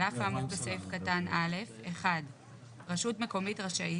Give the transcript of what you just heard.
על אף האמור בסעיף קטן א': 1. רשות מקומית רשאית,